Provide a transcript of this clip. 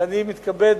ואני מתכבד,